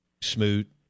Smoot